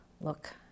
look